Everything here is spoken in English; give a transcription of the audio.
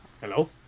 Hello